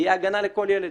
תהיה הגנה לכל ילד.